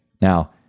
Now